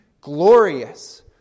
glorious